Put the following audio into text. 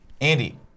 Andy